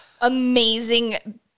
amazing